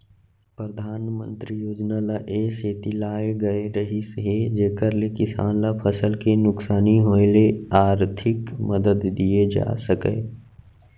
परधानमंतरी योजना ल ए सेती लाए गए रहिस हे जेकर ले किसान ल फसल के नुकसानी होय ले आरथिक मदद दिये जा सकय